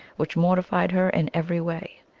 which mortified her in every way.